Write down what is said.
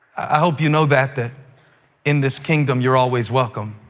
i hope you know that, that in this kingdom you're always welcome.